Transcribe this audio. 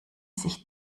sich